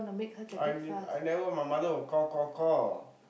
I knew I never my mother will call call call